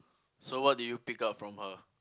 so what did you pick up from her